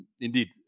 indeed